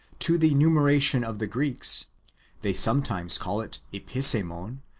to the numeration of the greeks they sometimes call it episemon,